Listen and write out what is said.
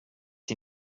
sie